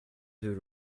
hur